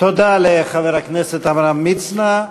תודה לחבר הכנסת עמרם מצנע.